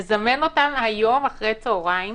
נזמן אותם היום אחרי הצהריים